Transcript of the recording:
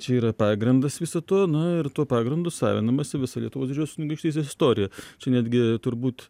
čia yra pagrindas viso to na ir tuo pagrindu savinamasi visa lietuvos didžiosios kunigaikštystės istorija čia netgi turbūt